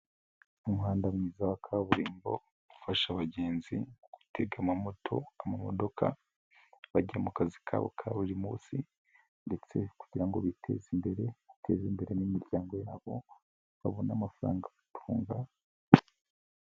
Umuhanda mwiza wa kaburimbo ufasha abagenzi mu gutega amamoto, amamodoka bajya mu kazi kabo ka buri munsi ndetse kugira ngo biteze imbere, bateze imbere n'imiryango yabo babone amafaranga abatunga.